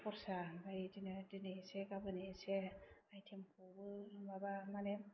खरसा आमफ्राइ बिदिनो दिनै एसे गाबोन एसे आइटेम खौबो माबा मानि